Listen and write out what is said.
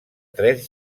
tres